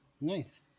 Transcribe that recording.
Nice